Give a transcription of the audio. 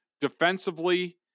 defensively